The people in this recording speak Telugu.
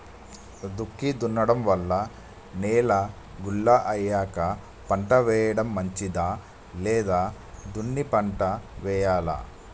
దుక్కి దున్నడం వల్ల నేల గుల్ల అయ్యాక పంట వేయడం మంచిదా లేదా దున్ని పంట వెయ్యాలా?